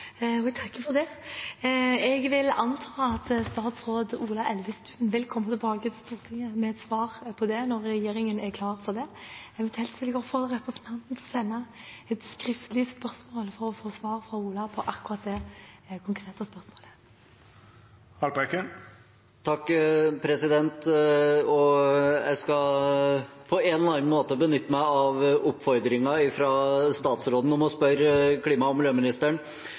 og jeg takker for det. Jeg vil anta at statsråd Ola Elvestuen vil komme tilbake til Stortinget med et svar på det når regjeringen er klar for det. Jeg vil henstille til representanten å sende et skriftlig spørsmål for å få svar fra Ola på akkurat det konkrete spørsmålet. Jeg skal på en eller annen måte benytte meg av oppfordringen fra statsråden om å spørre klima- og miljøministeren.